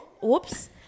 Whoops